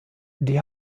die